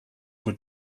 were